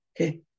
Okay